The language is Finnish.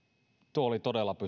tuo oli todella